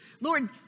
Lord